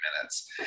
minutes